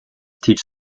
teach